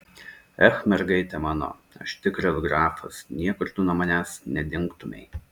ech mergaite mano aš tikras grafas niekur tu nuo manęs nedingtumei